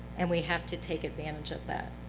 and we have to take advantage of that.